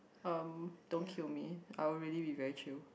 um don't kill me I will really be very chill